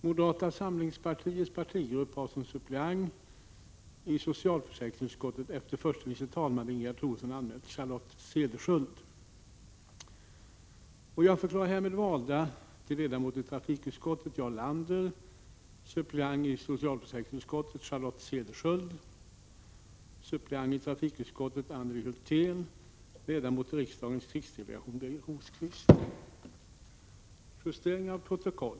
Moderata samlingspartiets partigrupp har som suppleant i socialförsäkringsutskottet efter förste vice talman Ingegerd Troedsson anmält Charlotte Cederschiöld.